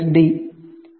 D V